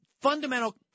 fundamental